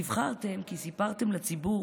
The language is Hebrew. נבחרתם כי סיפרתם לציבור